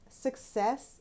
success